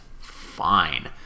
fine